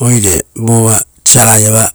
Oire vova saraiava,